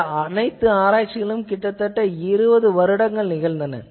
இந்த அனைத்து ஆராய்ச்சிகளும் கிட்டத்தட்ட 20 வருடங்கள் நிகழ்ந்தன